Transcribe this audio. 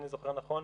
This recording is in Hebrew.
אם אני זוכר נכון,